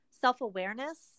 self-awareness